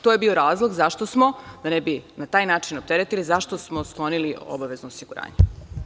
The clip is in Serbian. To je bio razlog zašto smo, da ne bi na taj način opteretili, sklonili obavezno osiguranje.